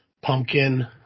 pumpkin